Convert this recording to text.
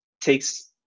takes